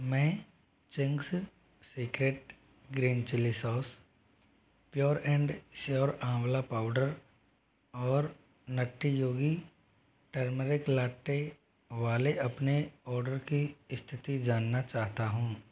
मैं Ching's Secret green chilli sauce pure and sure amla powder और Nutty Yogi turmeric latte वाले अपने order की स्थिति जानना चाहता हूँ